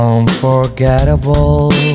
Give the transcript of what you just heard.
Unforgettable